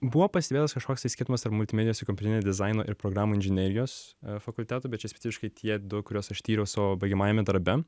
buvo pastebėtas kažkoks tai skirtumas tarp multimedijos ir kompiuterinio dizaino ir programų inžinerijos fakultetų bet čia specifiškai tie du kuriuos aš tyriau savo baigiamajame darbe